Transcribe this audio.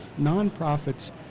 nonprofits